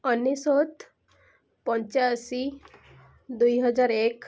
ଅନେଶ୍ଵତ ପଞ୍ଚାଅଶୀ ଦୁଇ ହଜାର ଏକ